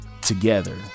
together